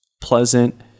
pleasant